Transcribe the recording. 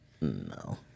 No